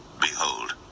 Behold